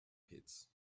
pits